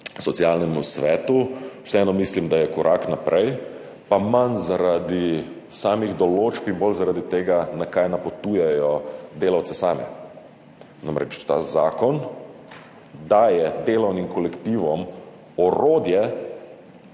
Ekonomsko-socialnem svetu, vseeno mislim, da je korak naprej, manj zaradi samih določb in bolj zaradi tega, na kaj napotujejo delavce same. Ta zakon namreč daje delovnim kolektivom orodje,